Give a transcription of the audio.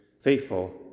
faithful